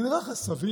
זה נראה לך סביר?